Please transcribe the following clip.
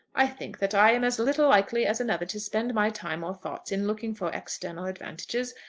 i think that i am as little likely as another to spend my time or thoughts in looking for external advantages,